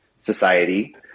society